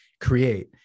create